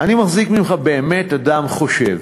אני מחזיק ממך באמת אדם חושב: